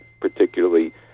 particularly